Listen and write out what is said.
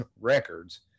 records